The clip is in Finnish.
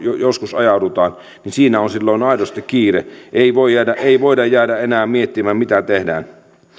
joskus ajaudutaan niin siinä on silloin aidosti kiire ei voida jäädä enää miettimään mitä tehdään